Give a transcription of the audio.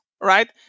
right